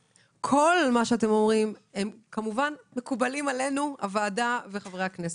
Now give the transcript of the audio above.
שאתם אומרים מקובל כמובן על הוועדה וחברי הכנסת.